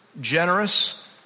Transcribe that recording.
generous